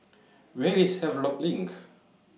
Where IS Havelock LINK